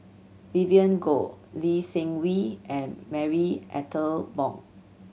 Vivien Goh Lee Seng Wee and Marie Ethel Bong